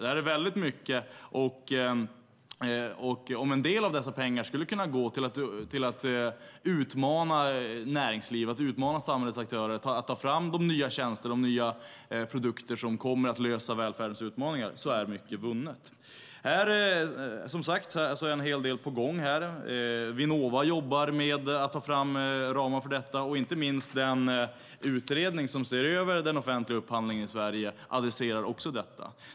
Det är väldigt mycket. Om en del av dessa pengar skulle kunna gå till att utmana näringslivet och samhällets aktörer till att ta fram de nya tjänster och produkter som kommer att lösa välfärdens utmaningar är mycket vunnet. Som sagt är det en hel del på gång här. Vinnova jobbar med att ta fram ramar för detta, och inte minst den utredning som ser över den offentliga upphandlingen i Sverige aviserar detta.